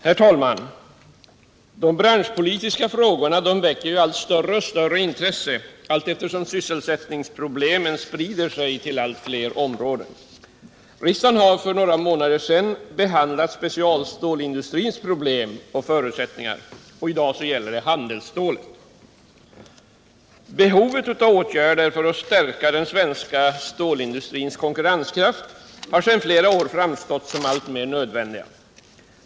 Herr talman! De branschpolitiska frågorna väcker allt större och större intresse, allteftersom sysselsättningsproblemen sprider sig till allt fler områden. Riksdagen har för några månader sedan behandlat specialstålsindustrins problem och förutsättningar. I dag gäller det handelsstålet. Åtgärder för att stärka den svenska stålindustrins konkurrenskraft har sedan flera år framstått som alltmer nödvändiga.